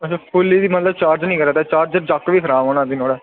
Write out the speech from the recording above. अच्छा फुल्ली दी मतलब चार्ज निं करा दा चार्जर जक्क बी खराब होना फ्ही नुहाड़ा